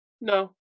No